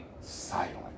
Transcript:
silent